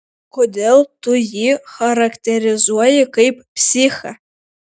kodėl tu jį charakterizuoji kaip psichą